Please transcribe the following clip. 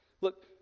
Look